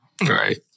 Right